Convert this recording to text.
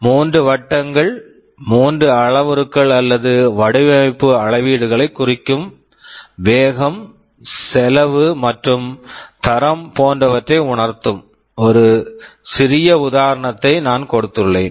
மூன்று வட்டங்கள் மூன்று அளவுருக்கள் அல்லது வடிவமைப்பு அளவீடுகளைக் குறிக்கும் வேகம் செலவு மற்றும் தரம் போன்றவற்றை உணர்த்தும் ஒரு சிறிய உதாரணத்தை நான் கொடுத்துள்ளேன்